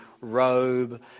robe